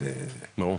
ו- -- ברור.